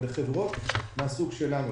לחברות מהסוג שלנו,